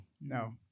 No